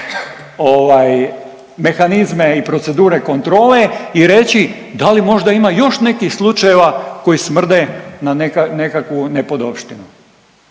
mehanizme i procedure kontrole i reći da li možda ima još nekih slučajeva koji smrde na nekakvu nepodopštinu.